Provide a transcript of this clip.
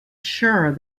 sure